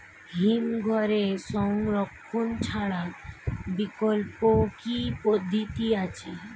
হিমঘরে সংরক্ষণ ছাড়া বিকল্প কি পদ্ধতি আছে?